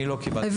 אני לא קיבלתי.